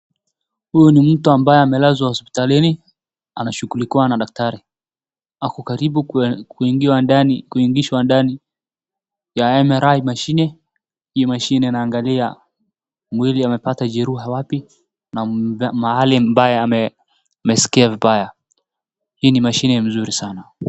Huyu ni mtu ambaye amelazwa hospitalini, anashughulikiwa na daktari. Ako karibu kuingizwa ndani ya MRI mashini inayoangalia mwili imepata jeraha wapi na mahali ambaye ameskia vibaya. Hii ni mashine mzuri sana.